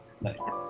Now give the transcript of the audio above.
Nice